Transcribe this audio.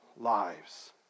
lives